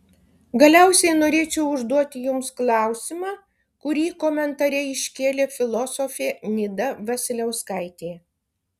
galiausiai norėčiau užduoti jums klausimą kurį komentare iškėlė filosofė nida vasiliauskaitė